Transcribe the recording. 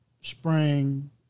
spring